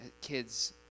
kids